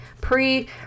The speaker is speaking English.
pre